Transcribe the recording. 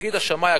יגיד השמאי,